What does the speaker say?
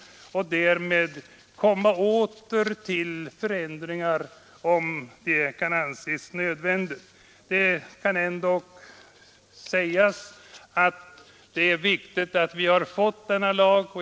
Sedan får vi återkomma till förändringar om det kan anses nödvändigt. Det kan ändå sägas att det är viktigt att vi fått denna lag.